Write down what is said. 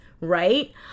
Right